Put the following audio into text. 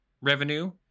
revenue –